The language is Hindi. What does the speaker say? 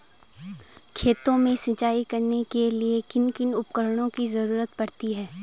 खेत में सिंचाई करने के लिए किन किन उपकरणों की जरूरत पड़ती है?